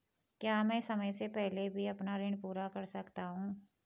क्या मैं समय से पहले भी अपना ऋण पूरा कर सकता हूँ?